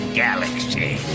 galaxy